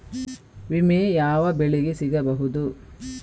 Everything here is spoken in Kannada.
ವಿಮೆ ಯಾವ ಬೆಳೆಗೆ ಸಿಗಬಹುದು?